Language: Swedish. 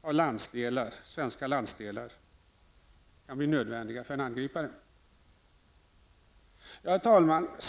av svenska landsdelar kan bli nödvändiga för en angripare.